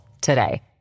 today